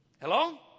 Hello